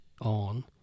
on